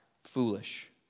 foolish